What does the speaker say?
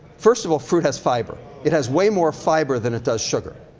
first of all, fruit has fiber. it has way more fiber than it does sugar.